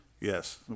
Yes